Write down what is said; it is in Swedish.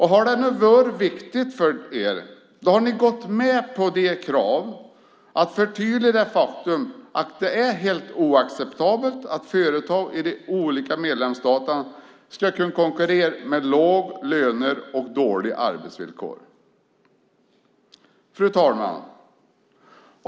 Hade det varit viktigt för er hade ni gått med på kravet att förtydliga det faktum att det är helt oacceptabelt att företag i de olika medlemsstaterna ska kunna konkurrera med låga löner och dåliga arbetsvillkor. Fru talman!